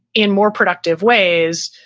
in more productive ways.